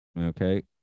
Okay